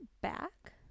back